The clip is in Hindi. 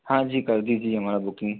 हाँ जी कर दीजिए हमारी बुकिंग